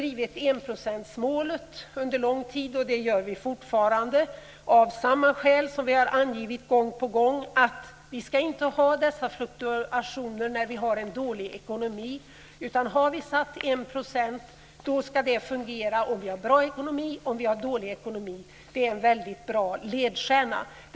Har vi sagt 1 % då ska det fungera, oavsett om vi har bra ekonomi eller om vi har dålig ekonomi. Det är en väldigt bra ledstjärna.